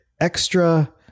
extra